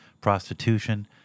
prostitution